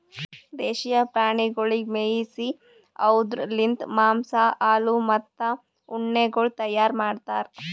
ದೇಶೀಯ ಪ್ರಾಣಿಗೊಳಿಗ್ ಮೇಯಿಸಿ ಅವ್ದುರ್ ಲಿಂತ್ ಮಾಂಸ, ಹಾಲು, ಮತ್ತ ಉಣ್ಣೆಗೊಳ್ ತೈಯಾರ್ ಮಾಡ್ತಾರ್